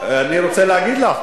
אני רוצה להגיד לך,